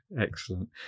Excellent